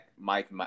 Mike